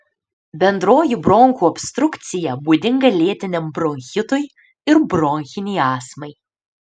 bendroji bronchų obstrukcija būdinga lėtiniam bronchitui ir bronchinei astmai